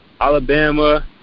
Alabama